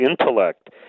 intellect